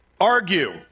argue